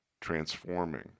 transforming